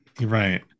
Right